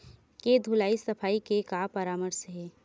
के धुलाई सफाई के का परामर्श हे?